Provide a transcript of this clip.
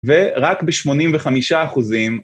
ורק בשמונים וחמישה אחוזים.